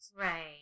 right